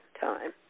time